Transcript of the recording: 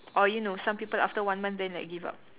or you know some people after one month then like give up